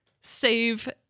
save